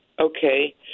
Okay